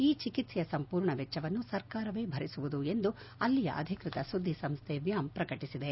ಈ ಚಿಕಿತ್ಸೆಯ ಸಂಪೂರ್ಣ ವೆಚ್ಚವನ್ನು ಸರ್ಕಾರವೇ ಭರಿಸುವುದು ಎಂದು ಅಲ್ಲಿಯ ಅಧಿಕೃತ ಸುದ್ದಿ ಸಂಸ್ಡೆ ವ್ಯಾಮ್ ಪ್ರಕಟಿಸಿದೆ